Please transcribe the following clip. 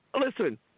listen